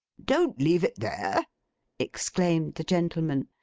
don't leave it there exclaimed the gentleman.